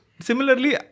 similarly